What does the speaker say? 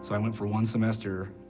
so i went for one semester,